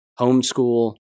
homeschool